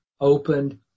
opened